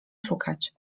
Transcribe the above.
szukać